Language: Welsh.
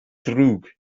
ddrwg